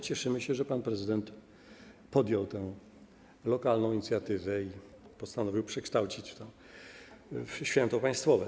Cieszymy się, że pan prezydent podjął tę lokalną inicjatywę i postanowił przekształcić to w święto państwowe.